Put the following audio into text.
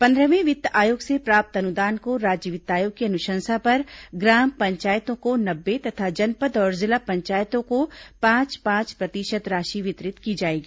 पंद्रहवें वित्त आयोग से प्राप्त अनुदान को राज्य वित्त आयोग की अनुशंसा पर ग्राम पंचायतों को नब्बे तथा जनपद और जिला पंचायतों को पांच पांच प्रतिशत राशि वितरित की जाएगी